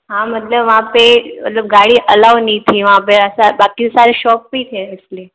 हाँ मतलब वहाँ पे मतलब गाड़ी अलाउ नहीं थी वहाँ पे ऐसा बाकि सारे शॉप पे ही थे इसलिए